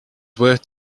worth